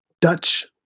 Dutch